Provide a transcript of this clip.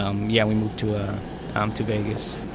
um yeah we moved to ah um to vegas.